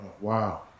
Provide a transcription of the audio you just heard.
wow